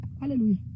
Hallelujah